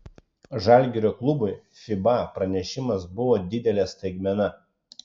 žalgirio klubui fiba pranešimas buvo didelė staigmena